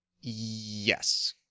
Yes